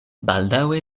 baldaŭe